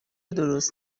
درست